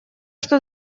что